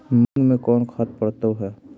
मुंग मे कोन खाद पड़तै है?